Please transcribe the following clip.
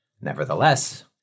Nevertheless